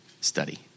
study